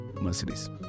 Mercedes